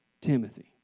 Timothy